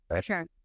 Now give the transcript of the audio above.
Sure